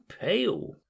pale